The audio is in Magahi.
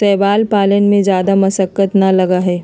शैवाल पालन में जादा मशक्कत ना लगा हई